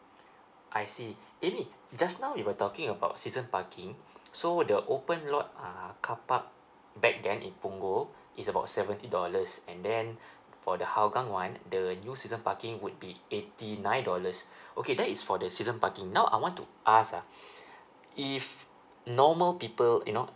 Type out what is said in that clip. I see amy just now you were talking about season parking so the open lot uh carpark back then in punggol is about seventy dollars and then for the hougang one the new season parking would be eighty nine dollars okay that is for the season parking now I want to ask ah if normal people you know